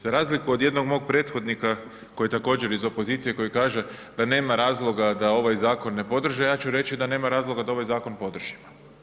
Za razliku od jednog mog prethodnika, koji također iz opozicije, koji kaže, da nema razloga, da ovaj zakon ne podrži, ja ću reći, da nema razloga da ovaj zakon podrži.